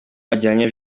ajyanye